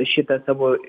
šitą savo